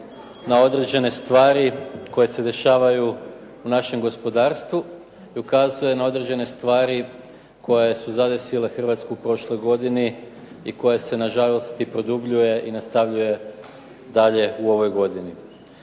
na određene stvari koje se dešavaju u našem gospodarstvu i ukazuje na određene stvari koje su zadesile Hrvatsku u prošloj godini i koje se na žalost i produbljuje i nastavlja dalje u ovoj godini.